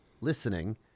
listening